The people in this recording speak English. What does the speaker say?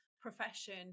profession